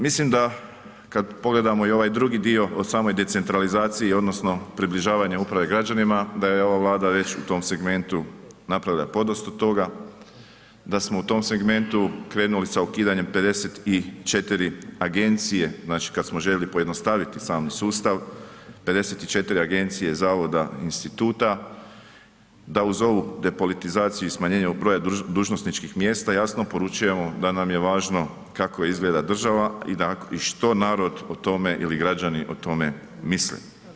Mislim da kad pogledamo i ovaj drugi dio o samoj decentralizaciji odnosno približavanje uprave građanima da je ova Vlada već u tom segmentu napravila podosta toga, da smo u tom segmentu krenuli sa ukidanjem 54 agencije, znači kad smo željeli pojednostaviti sami sustav, 54 agencije, zavoda, instituta, da uz ovu depolitizaciju i smanjenje broja dužnosničkih mjesta jasno poručujemo da nam je važno kako izgleda država i što narod o tome ili građani o tome misle.